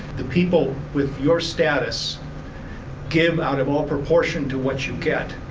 the people with your status give out of all proportion to what you get.